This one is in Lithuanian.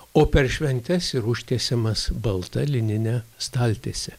o per šventes ir užtiesiamas balta linine staltiese